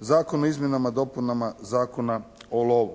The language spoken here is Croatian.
Zakon o izmjenama i dopunama Zakona o lovu.